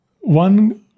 one